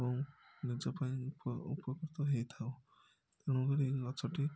ଏବଂ ନିଜ ପାଇଁ ଉପ ଉପକୃତ ହେଇଥାଉ ତେଣୁକରି ଗଛଟି